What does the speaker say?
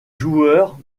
joueur